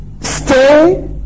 stay